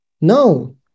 No